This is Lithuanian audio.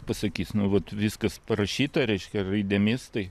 pasakys nu vat viskas parašyta reiškia raidėmis tai